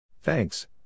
Thanks